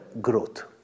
growth